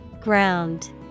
Ground